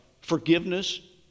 forgiveness